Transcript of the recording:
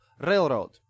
Railroad